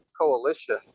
coalition